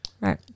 Right